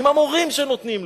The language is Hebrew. עם המורים שנותנים לו,